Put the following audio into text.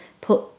put